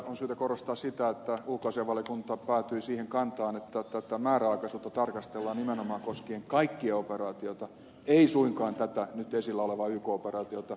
on syytä korostaa sitä että ulkoasiainvaliokunta päätyi siihen kantaan että tätä määräaikaisuutta tarkastellaan nimenomaan koskien kaikkia operaatioita ei suinkaan vain tätä nyt esillä olevaa yk operaatiota